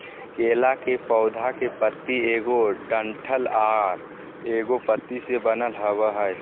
केला के पौधा के पत्ति एगो डंठल आर एगो पत्ति से बनल होबो हइ